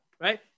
Right